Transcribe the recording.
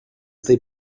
they